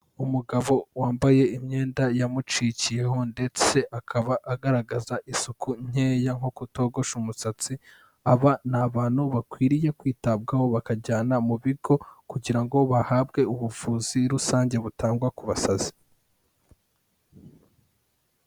Umugabo wambaye imyenda yamucikiyeho ndetse akaba agaragaza isuku nkeya nko kutogosha umusatsi. Aba ni abantu bakwiriye kwitabwaho bakajyana mu bigo kugira ngo bahabwe ubuvuzi rusange butangwa ku basazi.